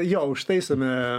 jo užtaisome